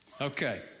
Okay